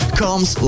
comes